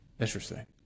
Interesting